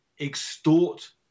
extort